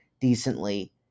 decently